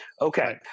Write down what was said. Okay